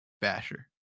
Basher